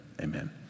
amen